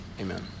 Amen